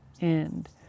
end